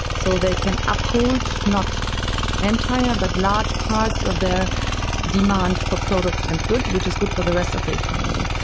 so they can uphold not entire but large parts of their demand for products and goods, which is good for the rest of the economy.